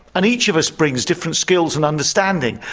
and each of us brings different skills and understanding,